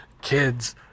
kids